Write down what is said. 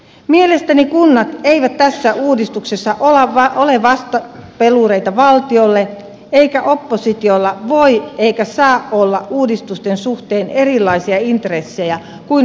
mielestäni kunnat eivät tässä uudistuksessa ole vastapelureita valtiolle eikä oppositiolla voi eikä saa olla uudistusten suhteen erilaisia intressejä kuin hallituksessa